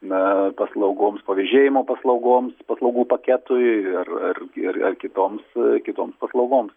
na paslaugoms pavėžėjimo paslaugoms paslaugų paketui ir ir ar kitoms kitoms paslaugoms